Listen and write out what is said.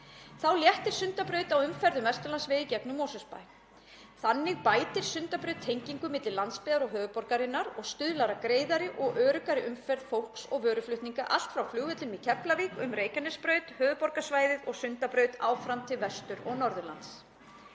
Þá léttir Sundabraut á umferð um Vesturlandsveg í gegnum Mosfellsbæ. Þannig bætir Sundabraut tengingu milli landsbyggðar og höfuðborgarinnar og stuðlar að greiðari og öruggari umferð fólks- og vöruflutninga allt frá flugvellinum í Keflavík, um Reykjanesbraut, höfuðborgarsvæðið og Sundabraut áfram til Vestur- og Norðurlands.